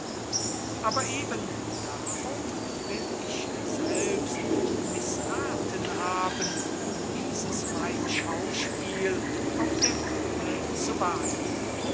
aber eben darum will ich selbst mißrathen haben dieses mein schauspiel auf der bühne zu wagen